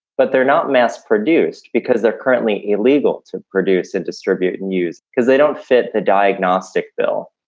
but they're not mass produced because they're currently illegal to produce and distribute and use, because they don't fit the diagnostic bill.